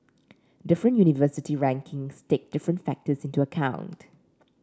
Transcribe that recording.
different university rankings take different factors into account